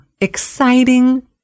exciting